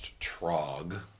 Trog